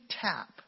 tap